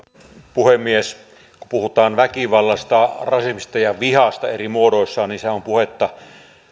puhemies kun puhutaan väkivallasta rasismista ja vihasta eri muodoissaan niin sehän on puhetta